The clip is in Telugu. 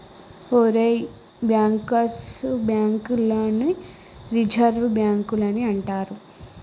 ఒరేయ్ బ్యాంకర్స్ బాంక్ లని రిజర్వ్ బాంకులని అంటారు